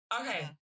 okay